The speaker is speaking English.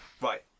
Right